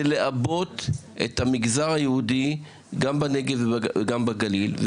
לעבות את המגזר היהודי גם בנגב וגם בגליל.